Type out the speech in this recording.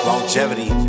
Longevity